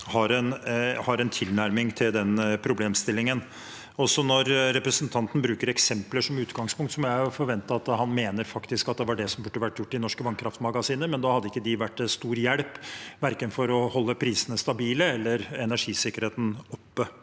har en tilnærming til den problemstillingen. Når representanten bruker eksempler som utgangspunkt, må jeg forvente at han faktisk mener det var det som burde vært gjort i norske vannkraftmagasiner. Da hadde de imidlertid ikke vært til stor hjelp, for verken å holde prisene stabile eller energisikkerheten oppe.